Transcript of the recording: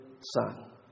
son